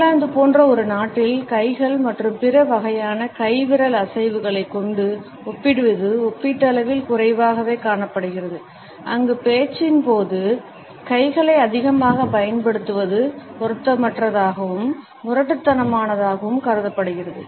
இங்கிலாந்து போன்ற ஒரு நாட்டில் கைகள் மற்றும் பிற வகையான கை விரல் அசைவுகளைக் கொண்டு ஒப்பிடுவது ஒப்பீட்டளவில் குறைவாகவே காணப்படுகிறது அங்கு பேச்சின் போது கைகளை அதிகமாகப் பயன்படுத்துவது பொருத்தமற்றதாகவும் முரட்டுத்தனமானதாகவும் கருதப்படுகிறது